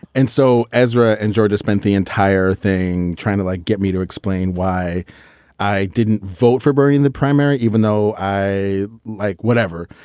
and so ezra and jordan spent the entire thing trying to like get me to explain why i didn't vote for bernie in the primary, even though i like whatever.